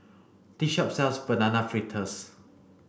this shop sells banana fritters